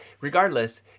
regardless